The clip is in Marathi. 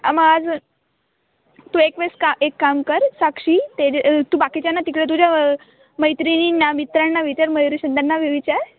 मग आज तू एक वेळेस का एक काम कर साक्षी ते जे तू बाकीच्यांना तिकडे तुझ्या मैत्रिणींना मित्रांना विचार मयूरी संध्यांना वि विचार